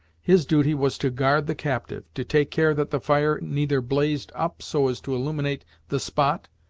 his duty was to guard the captive, to take care that the fire neither blazed up so as to illuminate the spot,